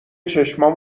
چشمام